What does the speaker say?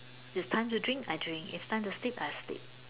it's time to drink I drink its time to sleep I sleep